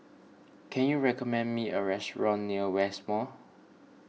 can you recommend me a restaurant near West Mall